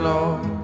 Lord